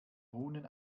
runen